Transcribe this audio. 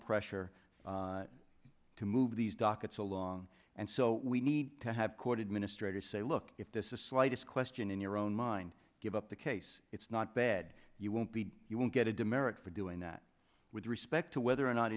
pressure to move these dockets along and so we need to have court administrator say look if this is slightest question in your own mind give up the case it's not bad you won't be you won't get it to merit for doing that with respect to whether or not